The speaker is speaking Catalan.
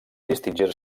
distingir